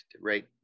right